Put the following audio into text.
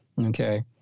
okay